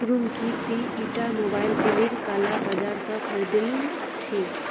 खुर्रम की ती ईटा मोबाइल दिल्लीर काला बाजार स खरीदिल छि